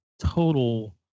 total